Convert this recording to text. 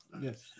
Yes